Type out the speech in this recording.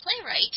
playwright